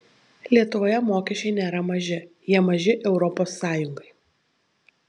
lietuvoje mokesčiai nėra maži jie maži europos sąjungai